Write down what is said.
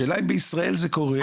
השאלה אם בישראל זה קורה?